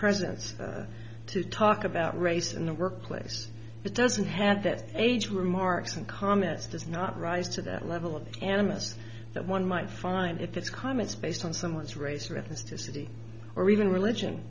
presence to talk about race in the workplace it doesn't have that age remarks and comments does not rise to that level of animist that one might find if it's comments based on someone's race or ethnicity or even religion